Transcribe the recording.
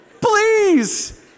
please